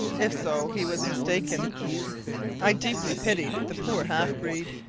if so, he was mistaken i deeply pitied the poor half-breed.